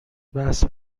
بحث